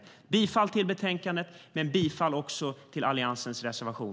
Jag yrkar bifall till utskottets förslag i betänkandet och också till Alliansens reservation.